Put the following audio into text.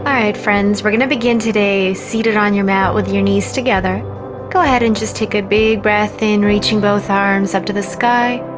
but right friends we're gonna begin today seated on your mat with your knees together go ahead and just take a big breath in reaching both arms up to the sky